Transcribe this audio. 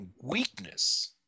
weakness